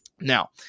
Now